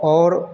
और